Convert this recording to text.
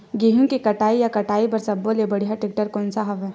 गेहूं के कटाई या कटाई बर सब्बो ले बढ़िया टेक्टर कोन सा हवय?